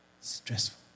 Stressful